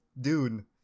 Dune